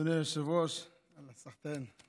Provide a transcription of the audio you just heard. אדוני היושב-ראש, סחתיין.